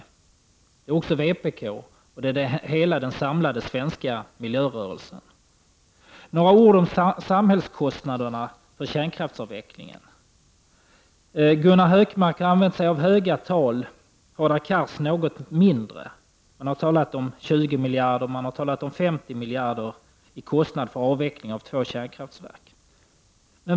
Det är också vpk och hela den samlade svenska miljörörelsen. Så några ord om samhällskostnaderna för kärnkraftsavvecklingen. Gunnar Hökmark har nämnt höga tal och Hadar Cars något lägre. Det har talats om 20 resp. 50 miljarder kronor i kostnad för avveckling av två kärnkraftverk.